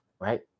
right